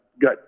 good